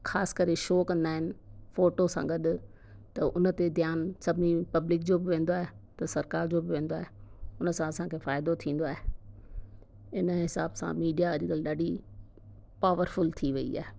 ख़ासि करे शो कंदा आहिनि फ़ोटो सां गॾु त हुन ते ध्यानु सभिनिनि पब्लिक जो बि वेंदो आहे त सरकार जो बि वेंदो आहे हुन सां असांखे फ़ाइदो थींदो आहे हिन हिसाब सां मीडिया अॼुकल्ह ॾाढी पावरफूल थी वेई आहे